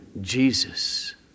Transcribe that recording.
Jesus